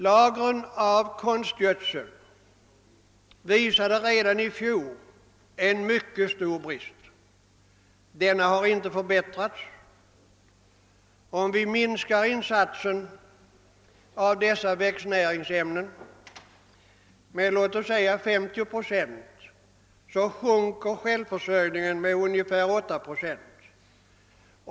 Lagren av konstgödsel visade redan i fjol en mycket stor brist, och läget har inte förbättrats. Om vi minskar insatsen av dessa växtnäringsämnen med låt oss säga 50 procent, sjunker självförsörjningen med ungefär 8 procent.